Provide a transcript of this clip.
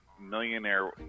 millionaire